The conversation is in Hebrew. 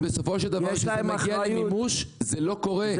אבל בסופו של דבר, כשה מגיע למימוש, זה לא קורה.